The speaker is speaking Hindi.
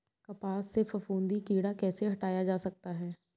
कपास से फफूंदी कीड़ा कैसे हटाया जा सकता है?